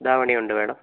ധാവണി ഉണ്ട് മേഡം